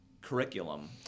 curriculum